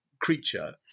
creature